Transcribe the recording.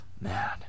Man